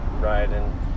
riding